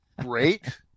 great